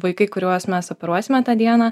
vaikai kuriuos mes operuosime tą dieną